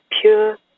pure